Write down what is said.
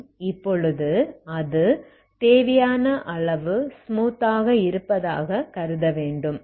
நாம் இப்பொழுது அது தேவையான அளவு ஸ்மூத் ஆக இருப்பதாக கருத வேண்டும்